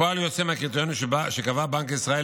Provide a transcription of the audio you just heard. כפועל יוצא מהקריטריונים שקבע בנק ישראל,